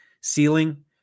ceiling